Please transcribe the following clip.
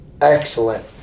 Excellent